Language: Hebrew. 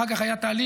אחר כך היה תהליך,